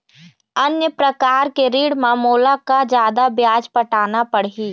अन्य प्रकार के ऋण म मोला का जादा ब्याज पटाना पड़ही?